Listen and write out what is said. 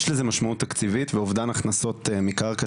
יש לזה משמעות תקציבית ואובדן הכנסות מקרקע